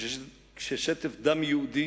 כששטף דם יהודי